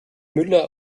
müller